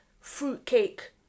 fruitcake